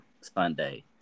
Sunday